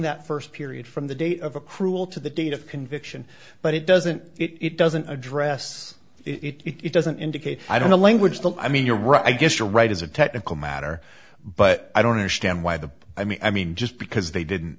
that first period from the date of a cruel to the date of conviction but it doesn't it doesn't address it doesn't indicate i don't know language the i mean you're right i guess you're right as a technical matter but i don't understand why the i mean i mean just because they didn't